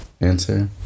answer